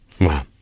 Wow